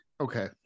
okay